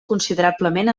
considerablement